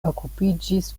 okupiĝis